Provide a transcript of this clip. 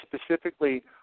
specifically